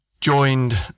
joined